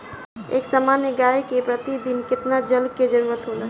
एक सामान्य गाय को प्रतिदिन कितना जल के जरुरत होला?